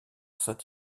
saint